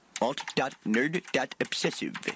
Alt.nerd.obsessive